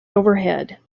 overhead